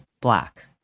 Black